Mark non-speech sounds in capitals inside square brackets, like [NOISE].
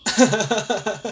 [LAUGHS]